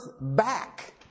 back